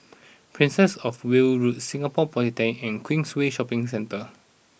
Princess of Wales Road Singapore Polytechnic and Queensway Shopping Centre